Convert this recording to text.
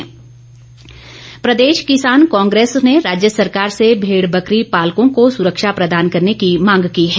किसान Congress प्रदेश किसान कांग्रेस ने राज्य सरकार से भेड बकरी पालकों को सुरक्षा प्रदान करने की मांग की है